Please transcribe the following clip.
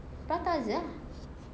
prata jer ah